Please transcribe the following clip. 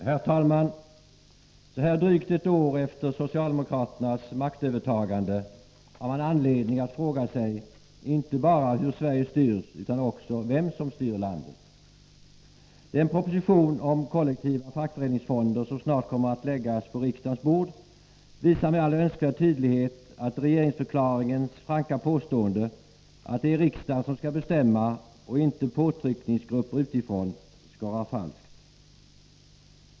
Herr talman! I dag, drygt ett år efter socialdemokraternas maktövertagande, har man anledning att fråga sig inte bara hur Sverige styrs utan också vem som styr landet. Den proposition om kollektiva fackföreningsfonder som snart kommer att läggas på riksdagens bord visar med all önskvärd tydlighet att regeringsförklaringens franka påstående, att det är riksdagen som skall bestämma och inte påtryckningsgrupper utifrån, skorrar falskt.